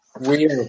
Weird